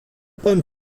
beim